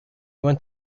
went